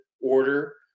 order